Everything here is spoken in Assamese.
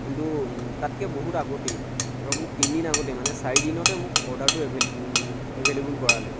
কিন্তু তাতকৈ বহুত আগতে ধৰক মোক তিনদিন আগতে মানে চাৰিদিনতে মোক অৰ্ডাৰটো এভেইল এভেইলেবুল কৰালে